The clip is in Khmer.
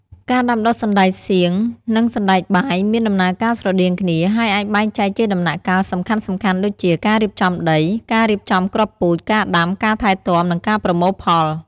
ការដាំដុះសណ្ដែកសៀងនិងសណ្ដែកបាយមានដំណើរការស្រដៀងគ្នា ហើយអាចបែងចែកជាដំណាក់កាលសំខាន់ៗដូចជា ការរៀបចំដី ការរៀបចំគ្រាប់ពូជ ការដាំ ការថែទាំ និងការប្រមូលផល។